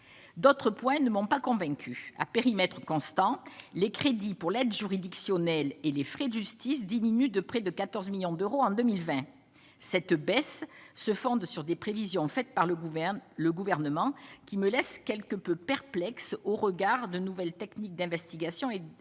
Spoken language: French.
d'autres points ne m'ont pas convaincu à périmètre constant, les crédits pour l'aide juridictionnelle et les frais de justice diminue de près de 14 millions d'euros en 2020, cette baisse se fonde sur des prévisions faites par le gouvernent le gouvernement qui me laisse quelque peu perplexe au regard de nouvelles techniques d'investigation et de plus en